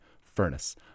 furnace